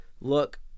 Look